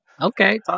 Okay